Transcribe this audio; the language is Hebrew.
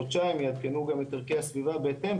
חודשיים יעדכנו גם את ערכי הסביבה בהתאם.